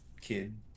kid